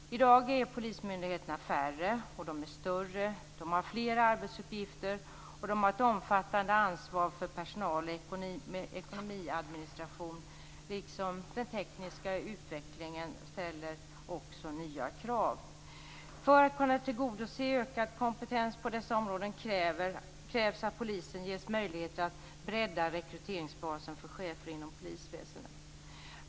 I dag är polismyndigheterna färre och större. De har flera arbetsuppgifter och de har ett omfattande ansvar för personal. Ekonomiadministration och den tekniska utvecklingen ställer också nya krav. För att kunna tillgodose ökad kompetens på dessa områden krävs att polisen ges möjligheter att bredda rekryteringsbasen för chefer inom polisväsendet.